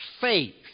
faith